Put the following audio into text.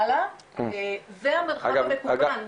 אני חושב